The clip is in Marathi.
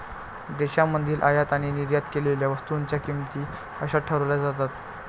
देशांमधील आयात आणि निर्यात केलेल्या वस्तूंच्या किमती कशा ठरवल्या जातात?